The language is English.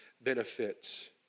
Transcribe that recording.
benefits